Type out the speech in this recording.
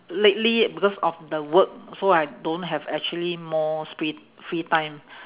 lately because of the work so I don't have actually more s~ free free time